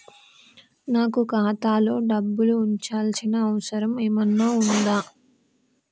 నాకు ఖాతాలో డబ్బులు ఉంచాల్సిన అవసరం ఏమన్నా ఉందా?